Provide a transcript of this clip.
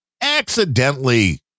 accidentally